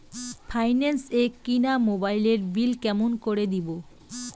Finance এ কিনা মোবাইলের বিল কেমন করে দিবো?